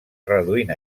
reduint